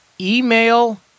email